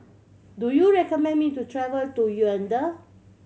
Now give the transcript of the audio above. do you recommend me to travel to Yaounde